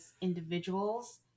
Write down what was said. individuals